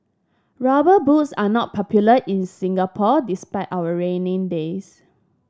rubber boots are not popular in Singapore despite our rainy days